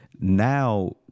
now